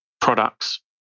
products